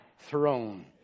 Throne